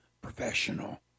professional